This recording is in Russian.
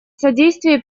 содействия